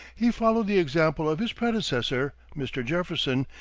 he followed the example of his predecessor, mr. jefferson,